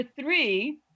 three